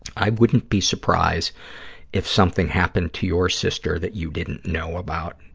i wouldn't be surprised if something happened to your sister that you didn't know about.